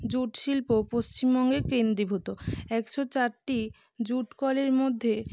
jute শিল্প পশ্চিমবঙ্গে কেন্দ্রীভূত একশো চারটি জুটকলের মধ্যে